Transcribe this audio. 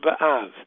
B'Av